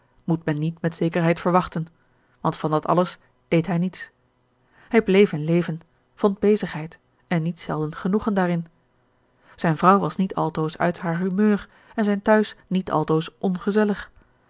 moet men niet met zekerheid verwachten want van dat alles deed hij niets hij bleef in leven vond bezigheid en niet zelden genoegen daarin zijn vrouw was niet altoos uit haar humeur en zijn tehuis niet altoos ongezellig